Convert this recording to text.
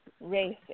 Race